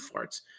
farts